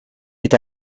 est